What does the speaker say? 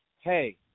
hey